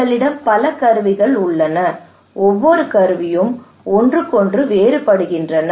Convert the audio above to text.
எங்களிடம் பல கருவிகள் உள்ளன ஒவ்வொரு கருவியும் ஒன்றுக்கொன்று வேறுபடுகின்றன